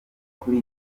kuri